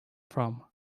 from